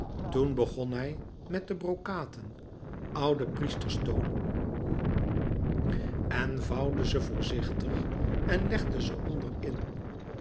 toen begon hij met de brokaten oude priesterstolen en vouwde ze voorzichtig en legde ze onder